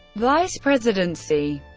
vice presidency